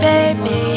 Baby